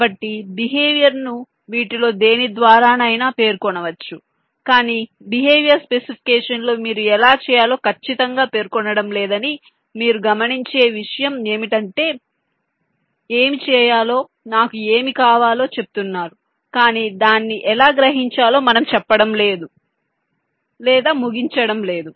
కాబట్టి బిహేవియర్ ను వీటిలో దేని ద్వారా నైనా పేర్కొనవచ్చు కానీ బిహేవియర్ స్పెసిఫికేషన్లో మీరు ఎలా చేయాలో ఖచ్చితంగా పేర్కొనడం లేదని మీరు గమనించే విషయం ఏమిటంటే మీరు ఏమి చేయాలో నాకు ఏమి కావాలో చెప్తున్నారు కానీ దాన్ని ఎలా గ్రహించాలో మనం చెప్పడం లేదు లేదా ముగించడం లేదు